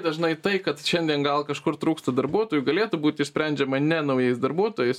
dažnai tai kad šiandien gal kažkur trūksta darbuotojų galėtų būt išsprendžiama ne naujais darbuotojais